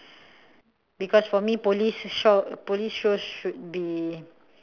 because for me police show police shows should be